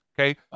Okay